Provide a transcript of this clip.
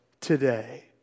today